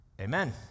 Amen